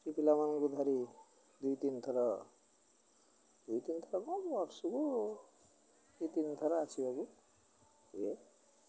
ସ୍ତ୍ରୀ ପିଲାମାନଙ୍କୁ ଧରି ଦୁଇ ତିନି ଥର ଦୁଇ ତିନିଥର କଣ ବର୍ଷକୁ ଦୁଇ ତିନି ଥର ଆସିବାକୁ ହୁଏ